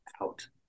out